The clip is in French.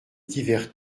divers